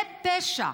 זה פשע,